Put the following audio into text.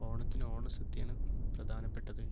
ഓണത്തിന് ഓണസദ്യയാണ് പ്രധാനപ്പെട്ടത്